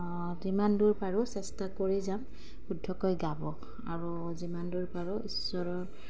যিমান দূৰ পাৰোঁ চেষ্টা কৰি যাম শুদ্ধকৈ গাব আৰু যিমান দূৰ পাৰোঁ ঈশ্বৰৰ